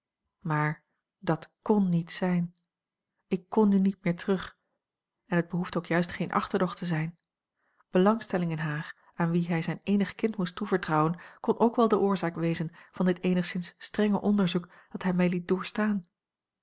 maar dat kn niet zijn ik kon nu niet meer terug en het behoeft ook juist geen achterdocht te zijn belangstelling in haar aan wie hij zijn eenig kind moest toevertrouwen kon ook wel de oorzaak wezen a l g bosboom-toussaint langs een omweg van dit eenigszins strenge onderzoek dat hij mij liet doorstaan